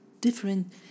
different